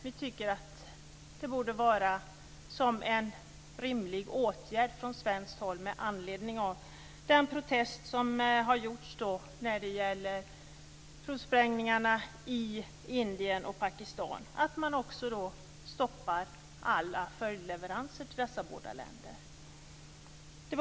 Vi tycker att det borde vara en rimlig åtgärd från svenskt håll, med anledning av den protest som har gjorts mot provsprängningarna i Indien och Pakistan, att också stoppa alla följdleveranser till dessa båda länder.